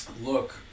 look